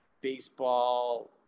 baseball